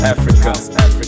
Africa